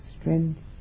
strength